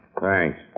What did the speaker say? Thanks